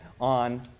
on